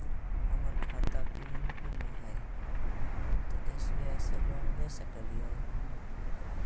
हमर खाता पी.एन.बी मे हय, तो एस.बी.आई से लोन ले सकलिए?